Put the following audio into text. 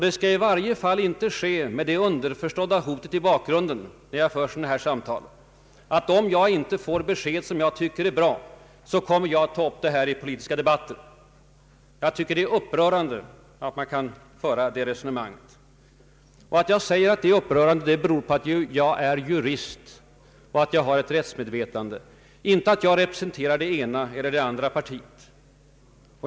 Det skall i varje fall inte ske med det underförstådda hotet i bakgrunden att om jag inte får besked som jag tycker är bra, då kommer jag att ta upp saken i den politiska debatten. Det är upprörande att föra ett sådant resonemang. Att jag säger det beror på att jag är jurist och har ett klart rättsmedvetande. Det är inte därför att jag representerar det ena eller det andra partiet.